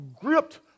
gripped